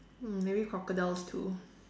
hmm maybe crocodiles too